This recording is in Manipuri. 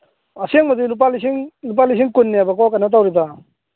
ꯑꯁꯦꯡꯕꯗꯤ ꯂꯨꯄꯥ ꯂꯤꯁꯤꯡ ꯂꯨꯄꯥ ꯂꯤꯁꯤꯡ ꯀꯨꯟꯅꯦꯕꯀꯣ ꯀꯩꯅꯣ ꯇꯧꯔꯤꯗꯣ